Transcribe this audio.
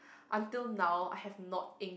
until now I have not ink